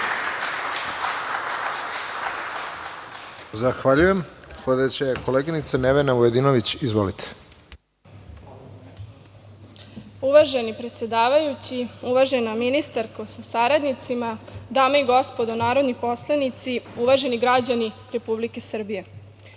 Zahvaljujem. Sledeća je koleginica Nevena Vujadinović. Izvolite. **Nevena Vujadinović** Uvaženi predsedavajući, uvažena ministarko sa saradnicima, dame i gospodo narodni poslanici, uvaženi građani Republike Srbije,